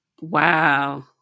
Wow